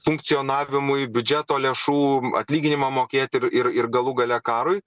funkcionavimui biudžeto lėšų atlyginimam mokėti ir ir ir galų gale karui